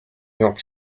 york